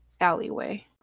alleyway